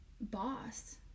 boss